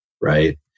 right